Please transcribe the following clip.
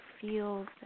feels